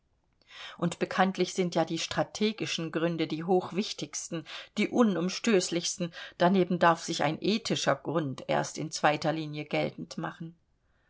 und bekanntlich sind ja die strategischen gründe die hochwichtigsten die unumstößlichsten daneben darf sich ein ethischer grund erst in zweiter linie geltend machen